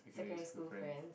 secondary school friends